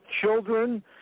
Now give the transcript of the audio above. children